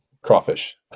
Crawfish